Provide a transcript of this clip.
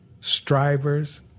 strivers